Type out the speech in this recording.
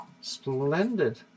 Splendid